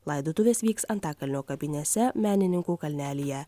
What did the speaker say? laidotuvės vyks antakalnio kapinėse menininkų kalnelyje